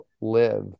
live